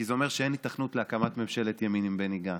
כי זה אומר שאין היתכנות להקמת ממשלת ימין עם בני גנץ,